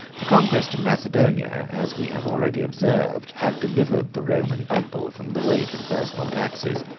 the conquest of macedonia, as we have already observed, had delivered the roman people from the weight of personal taxes.